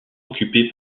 occupé